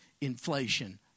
inflation